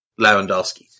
Lewandowski